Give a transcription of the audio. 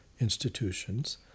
institutions